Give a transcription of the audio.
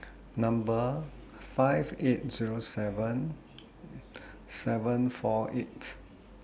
Number five eight Zero seven seven four eight